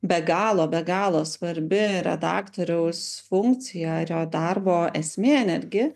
be galo be galo svarbi redaktoriaus funkcija ir jo darbo esmė netgi